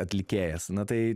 atlikėjas na tai